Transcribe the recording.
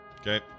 Okay